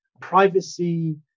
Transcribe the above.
privacy